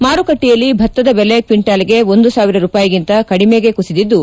ಮಾರುಕಟ್ಟೆಯಲ್ಲಿ ಭತ್ತದ ಬೆಲೆ ಕ್ಷಿಂಚಾಲ್ಗೆ ಒಂದು ಸಾವಿರ ರೂಪಾಯಿಗಿಂತ ಕಡಿಮೆಗೆ ಕುಸಿದಿದ್ದು